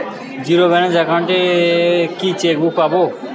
Zero balance account এ কি chequebook পাব?